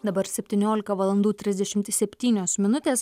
dabar septyniolika valandų trisdešimt septynios minutės